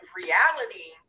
reality